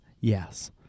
yes